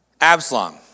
Absalom